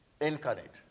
incarnate